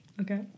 Okay